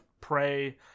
pray